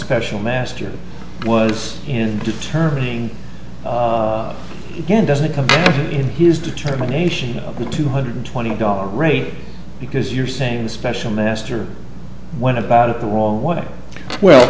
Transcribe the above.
special master was in determining again doesn't come in his determination of the two hundred twenty dollars rate because you're saying the special master went about it the wrong way well